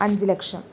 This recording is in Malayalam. അഞ്ച് ലക്ഷം